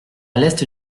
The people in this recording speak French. l’est